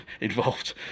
involved